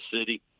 city